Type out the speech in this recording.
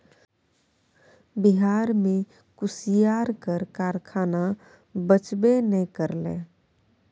बिहार मे कुसियारक कारखाना बचबे नै करलै